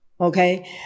okay